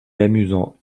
amusant